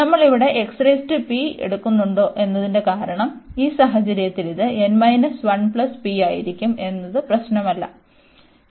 നമ്മൾ ഇവിടെ എടുക്കുന്നുണ്ടോ എന്നതിന്റെ കാരണം ഈ സാഹചര്യത്തിൽ ഇത് n 1 p ആയിരിക്കും എന്നത് പ്രശ്നമല്ല n≥1